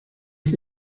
que